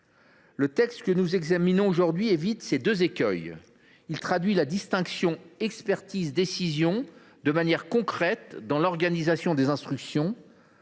Le texte que nous examinons aujourd’hui évite ces deux écueils. Il traduit la distinction entre expertise et décision de manière concrète dans l’organisation des instructions,